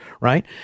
right